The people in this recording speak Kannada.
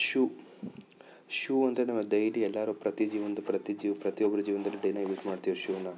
ಶೂ ಶೂ ಅಂದರೆ ನಾವು ಡೈಲಿ ಎಲ್ಲರು ಪ್ರತಿ ಜೀವಂದು ಪ್ರತಿ ಜಿ ಪ್ರತಿಯೊಬ್ರ ಜೀವನದಲ್ಲೂ ದಿನಾ ಯೂಸ್ ಮಾಡ್ತೀವಿ ಶೂನ